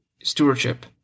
stewardship